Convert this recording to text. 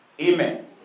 Amen